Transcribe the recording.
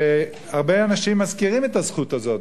הרבה אנשים מזכירים את הזכות הזאת.